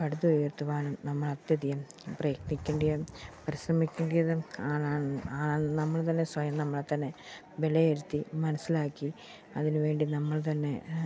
പടുത്തുയർത്തുവാനും നമ്മൾ അത്യധികം പ്രയത്നിക്കേണ്ടതും പരിശ്രമിക്കേണ്ടതും ആണ് ആണെന്ന് നമ്മൾ തന്നെ സ്വയം നമ്മളെത്തന്നെ വിലയിരുത്തി മനസ്സിലാക്കി അതിനു വേണ്ടി നമ്മൾ തന്നെ